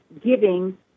giving